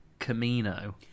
camino